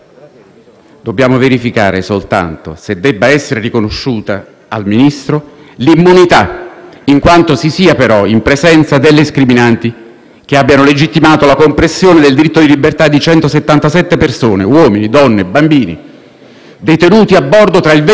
in quanto si sia però in presenza delle scriminanti che abbiamo legittimato la compressione del diritto di libertà di 177 persone, uomini, donne e bambini, detenuti a bordo tra il 20 e il 25 agosto del 2018. Spostare il quesito da questa amara concretezza